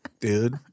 Dude